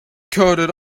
coated